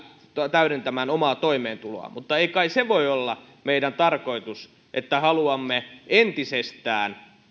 täydentämään omaa toimeentuloaan mutta ei kai se voi olla meidän tarkoituksemme että haluamme entisestään